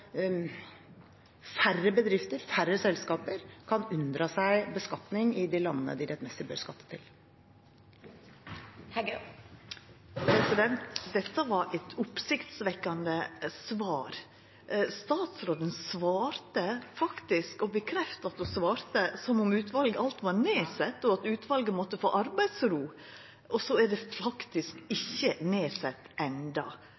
færre bedrifter, færre selskaper, kan unndra seg beskatning i de landene de rettmessig bør skatte til. Dette var eit oppsiktsvekkjande svar. Statsråden svarte faktisk – og bekrefta at ho svarte – som om utvalet alt var nedsett, og at utvalet måtte få arbeidsro. Og så er det